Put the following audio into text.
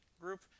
group